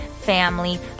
family